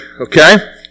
Okay